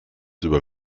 über